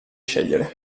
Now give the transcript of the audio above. scegliere